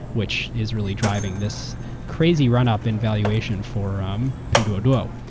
which is really driving this crazy run-up in valuation for um pinduoduo.